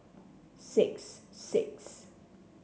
six six